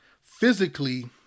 physically